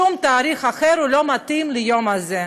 שום תאריך אחר לא מתאים ליום הזה.